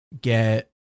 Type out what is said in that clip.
get